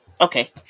Okay